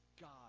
God